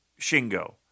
Shingo